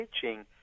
teaching